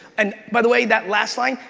and by the way, that last line,